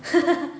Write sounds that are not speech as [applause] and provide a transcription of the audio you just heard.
[laughs]